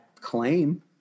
claim